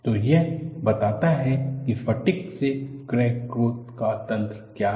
तो यह बताता है कि फटिग से क्रैक ग्रोथ का तंत्र क्या है